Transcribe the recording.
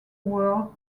word